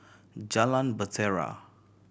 Jalan Bahtera